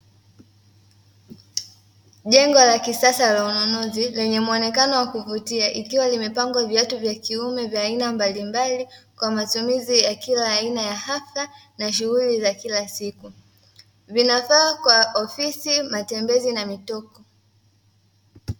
Jengo la kisasa la ununuzi lenye muonekano wa kuvutia, ikiwa limepangwa viatu vya kiume vya aina mbalimbali kwa matumizi ya kila aina ya hafla na shughuli za kila siku. Vinafaa kwa ofisi, matembezi na mitoko.